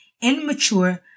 immature